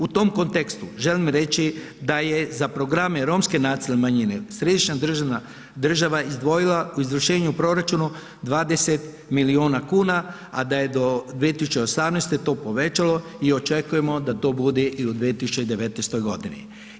U tom kontekstu želim reći da je za programe Romske nacionalne manjine središnja država izdvojila u izvršenju proračuna 20 milijuna kuna a da je do 2018. to povećalo i očekujemo da to bude i u 2019. godini.